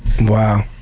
Wow